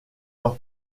leur